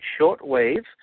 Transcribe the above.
shortwave